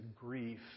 grief